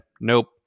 Nope